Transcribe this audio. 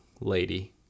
lady